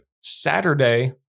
Saturday